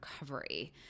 recovery